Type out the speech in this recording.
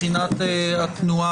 מכינת התנועה